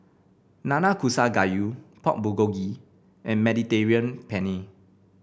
Nanakusa Gayu Pork Bulgogi and Mediterranean Penne